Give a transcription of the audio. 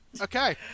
Okay